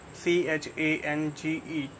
change